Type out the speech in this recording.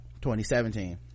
2017